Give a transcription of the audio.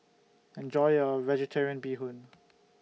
Enjoy your Vegetarian Bee Hoon